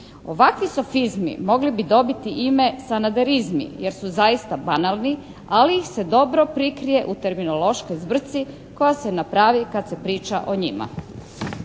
Ovakvi sofizmi mogli bi dobiti ime «sanaderizmi» jer su zaista banalni ali ih se dobro prikrije u terminološkoj zbrci koja se napravi kad se priča o njima.